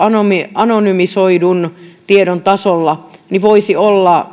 anonymisoidun tiedon tasolla voisi olla